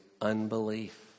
unbelief